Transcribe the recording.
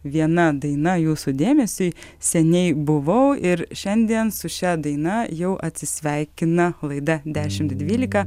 viena daina jūsų dėmesiui seniai buvau ir šiandien su šia daina jau atsisveikina laida ešimt dvylika